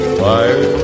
fire